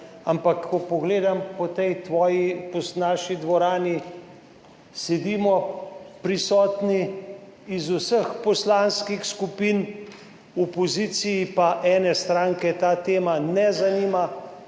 ampak ko pogledam po tej naši dvorani, sedimo prisotni iz vseh poslanskih skupin, v opoziciji pa ene stranke ta tema ne zanima,